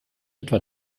etwa